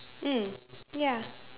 mm ya